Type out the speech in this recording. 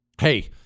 hey